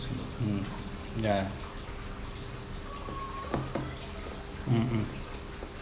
mm ya mmhmm